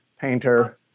painter